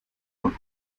noch